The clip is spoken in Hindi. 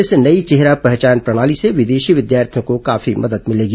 इस नई चेहरा पहचान प्रणाली से विदेशी विद्यार्थियों को काफी मदद मिलेगी